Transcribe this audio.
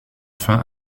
fin